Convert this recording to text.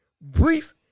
brief